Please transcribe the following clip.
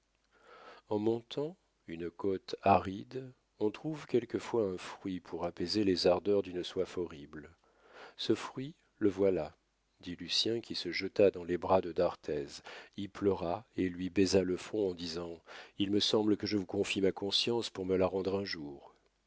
en montant une côte aride on trouve quelquefois un fruit pour apaiser les ardeurs d'une soif horrible ce fruit le voilà dit lucien qui se jeta dans les bras de d'arthez y pleura et lui baisa le front en disant il me semble que je vous confie ma conscience pour me la rendre un jour